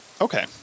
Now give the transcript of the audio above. okay